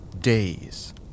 days